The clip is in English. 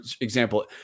example